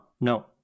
No